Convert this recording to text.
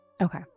Okay